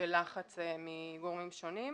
לחץ מגורמים שונים.